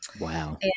Wow